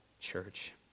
church